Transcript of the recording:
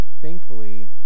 thankfully